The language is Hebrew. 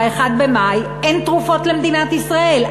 ב-1 במאי אין תרופות למדינת ישראל.